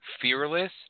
fearless